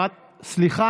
אדוני היושב-ראש,